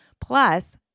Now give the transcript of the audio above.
plus